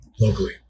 locally